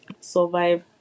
survive